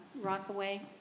Rockaway